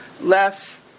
less